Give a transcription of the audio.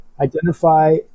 identify